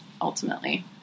ultimately